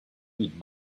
need